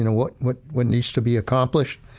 and what, what, what needs to be accomplished.